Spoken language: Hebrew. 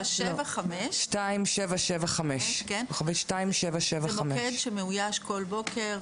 2775. זה מוקד שמאויש כל בוקר,